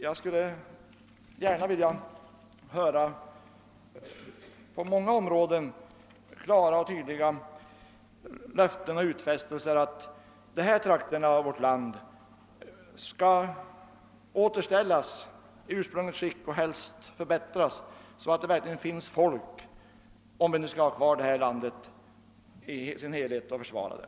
Jag skulle gärna vilja höra klara och tydliga löften och utfästelser om att dessa trakter i vårt land skall återställas i ursprungligt skick och helst förbättras, så att det verkligen kommer att finnas människor där — om vi nu skall ha kvar landet i dess helhet och försvara det.